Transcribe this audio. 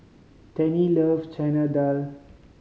Tennie love Chana Dal